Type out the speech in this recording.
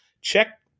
Check